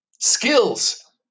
skills